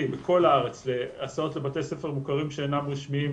בכל הארץ להסעות לבתי ספר מוכרים שאינם רשמיים,